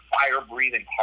fire-breathing